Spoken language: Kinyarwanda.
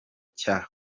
cya